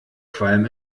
qualm